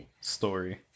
story